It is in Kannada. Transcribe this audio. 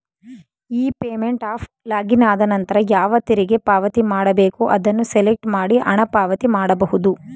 ಇ ಪೇಮೆಂಟ್ ಅಫ್ ಲಾಗಿನ್ ಆದನಂತರ ಯಾವ ತೆರಿಗೆ ಪಾವತಿ ಮಾಡಬೇಕು ಅದನ್ನು ಸೆಲೆಕ್ಟ್ ಮಾಡಿ ಹಣ ಪಾವತಿ ಮಾಡಬಹುದು